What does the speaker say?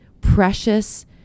precious